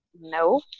no